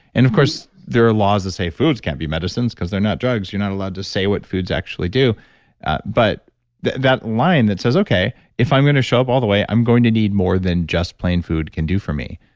and of course there are laws that say foods can't be medicines because they're not drugs. you're not allowed to say what foods actually do but that that line that says okay if i'm going to show up all the way, i'm going to need more than just plain food can do for me,